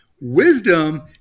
Wisdom